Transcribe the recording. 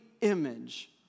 image